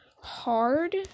hard